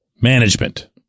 management